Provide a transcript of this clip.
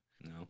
No